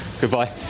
Goodbye